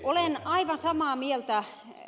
olen aivan samaa mieltä ed